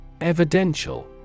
Evidential